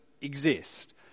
exist